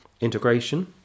integration